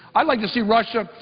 i'd like to see russia,